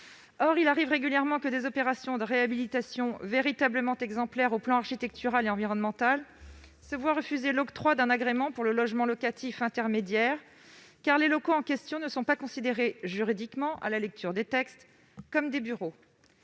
Or il arrive régulièrement que des opérations de réhabilitation véritablement exemplaires sur les plans architectural et environnemental se voient refuser l'octroi d'un agrément pour le logement locatif intermédiaire, car les locaux en question ne sont pas considérés juridiquement, à la lecture des textes, comme des bureaux.